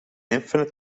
infinite